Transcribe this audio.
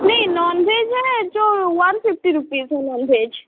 नहीं non veg है जो वन फ़िफ्टी रुपीज़ है नॉन वेज